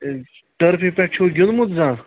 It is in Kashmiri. ٹٔرفہِ پٮ۪ٹھ چھُو گیُنٛدمُت زانٛہہ